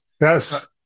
Yes